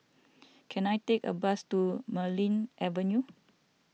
can I take a bus to Marlene Avenue